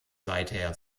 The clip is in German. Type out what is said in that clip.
seither